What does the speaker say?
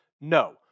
no